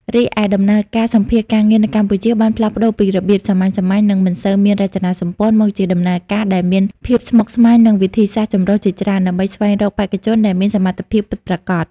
រីឯដំណើរការសម្ភាសន៍ការងារនៅកម្ពុជាបានផ្លាស់ប្ដូរពីរបៀបសាមញ្ញៗ និងមិនសូវមានរចនាសម្ព័ន្ធ មកជាដំណើរការដែលមានភាពស្មុគស្មាញ និងវិធីសាស្រ្តចម្រុះជាច្រើន ដើម្បីស្វែងរកបេក្ខជនដែលមានសមត្ថភាពពិតប្រាកដ។